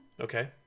Okay